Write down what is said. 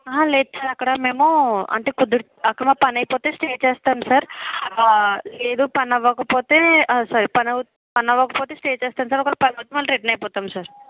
ఆ లేదు సార్ అక్కడ మేము అంటే కుదిర్ అక్కడ మా పని అయిపోతే స్టే చేస్తాం సార్ ఆ లేదు పని అవ్వకపోతే ఆ సారి పని అవ్వకపోతే స్టే చేస్తాం సార్ ఒకవేళ పని అయితే మళ్ళి రిటర్న్ అయిపోతాం సార్